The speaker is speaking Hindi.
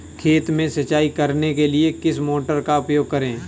खेत में सिंचाई करने के लिए किस मोटर का उपयोग करें?